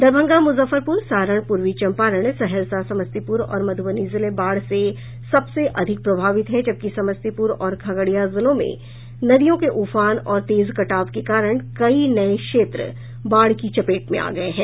दरभंगा मुजफ्फरपुर सारण पूर्वी चम्पारण सहरसा समस्तीपुर और मधुबनी जिले बाढ़ से सबसे अधिक प्रभावित हैं जबकि समस्तीपुर और खगड़िया जिले में नदियों के उफान और तेज कटाव के कारण कई नये क्षेत्र बाढ़ की चपेट में आ गये हैं